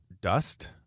dust